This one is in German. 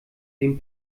den